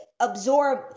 absorb